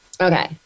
Okay